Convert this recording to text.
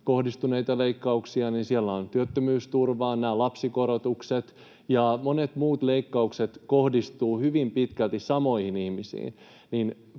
kohdistuneista leikkauksista, niin siellä työttömyysturva, nämä lapsikorotukset ja monet muut leikkaukset kohdistuvat hyvin pitkälti samoihin ihmisiin.